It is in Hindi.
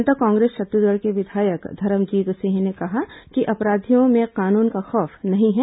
जनता कांग्रेस छत्तीसगढ़ के विधायक धरमजीत सिंह ने कहा कि अपराधियों में कानून का खौफ नहीं है